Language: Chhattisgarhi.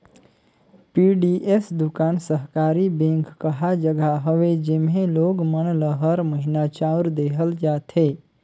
पीडीएस दुकान सहकारी बेंक कहा जघा हवे जेम्हे लोग मन ल हर महिना चाँउर देहल जाथे